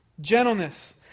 Gentleness